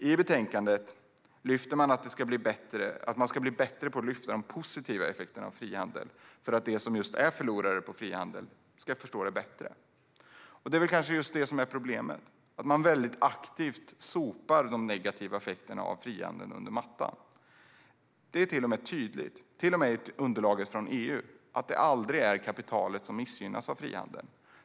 I betänkandet sägs det att man ska bli bättre på att lyfta fram de positiva effekterna av frihandel för att de som är förlorare på frihandel ska förstå det bättre. Problemet är kanske just detta: att man väldigt aktivt sopar de negativa effekterna av frihandel under mattan. Det är till och med tydligt, även i underlaget från EU, att det aldrig är kapitalet som missgynnas av frihandel.